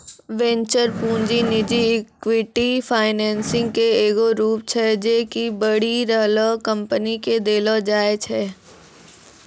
venture पूंजी निजी equity financing के एगो रूप छै जे कि बढ़ि रहलो कंपनी के देलो जाय छै